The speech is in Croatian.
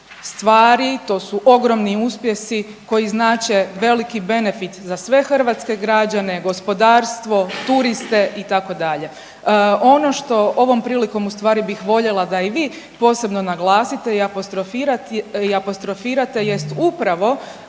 stvari, to su ogromni uspjesi koji znače veliki benefit za sve hrvatske građane, gospodarstvo, turiste itd. Ono što ovom prilikom u stvari bih voljela da i vi posebno naglasite i apostrofirate jest upravo